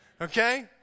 Okay